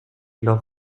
leurs